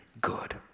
good